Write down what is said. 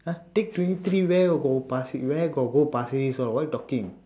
!huh! take twenty three where'll go pasir where got go pasir ris what what you talking